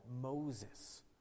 Moses